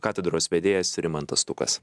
katedros vedėjas rimantas stukas